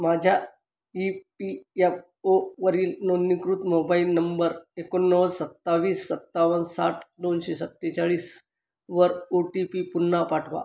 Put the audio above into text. माझ्या E P F ओवरील नोंदणीकृत मोबाईल नंबर एकोणनव्वद सत्तावीस सत्तावन साठ दोनशे सत्तेचाळीसवर ओ टी पी पुन्हा पाठवा